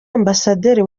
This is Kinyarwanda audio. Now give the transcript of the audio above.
ambasaderi